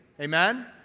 Amen